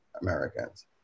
Americans